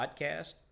podcast